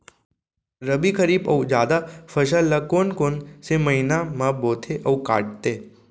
रबि, खरीफ अऊ जादा फसल ल कोन कोन से महीना म बोथे अऊ काटते?